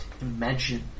Imagine